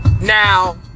Now